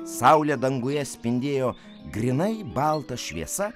saulė danguje spindėjo grynai balta šviesa